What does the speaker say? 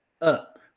up